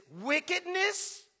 wickedness